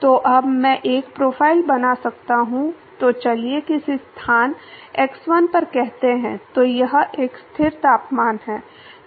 तो अब मैं एक प्रोफ़ाइल बना सकता हूं तो चलिए किसी स्थान x1 पर कहते हैं तो यह एक स्थिर तापमान है